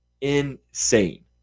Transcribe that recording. Insane